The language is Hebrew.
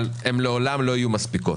אבל הן לעולם לא יהיו מספיקות.